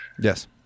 Yes